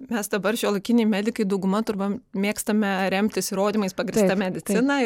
mes dabar šiuolaikiniai medikai dauguma turbam mėgstame remtis įrodymais pagrįsta medicina